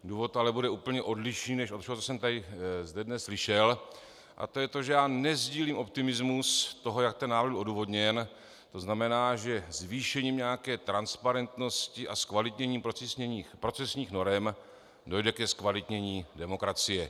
Důvod ale bude úplně odlišný od toho, co jsem zde dnes slyšel, a to je to, že já nesdílím optimismus toho, jak je ten návrh odůvodněn, to znamená, že zvýšením nějaké transparentnosti a zkvalitněním procesních norem dojde ke zkvalitnění demokracie.